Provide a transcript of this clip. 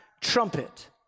trumpet